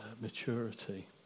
maturity